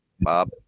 Bob